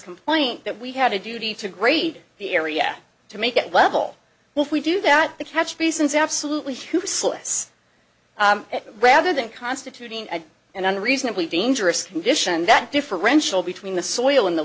complaint that we had a duty to grade the area to make it level well if we do that the catch basins absolutely slips rather than constituting an unreasonably dangerous condition that differential between the soil and the